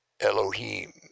Elohim